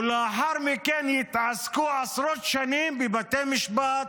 ולאחר מכן יתעסקו עשרות שנים בבתי משפט,